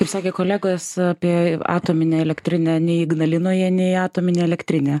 kaip sakė kolegos apie atominė elektrinė nei ignalinoje nei atominė elektrinė